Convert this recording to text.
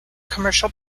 commercial